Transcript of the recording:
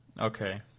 okay